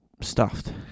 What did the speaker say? stuffed